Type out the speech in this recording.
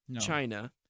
China